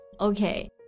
Okay